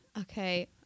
Okay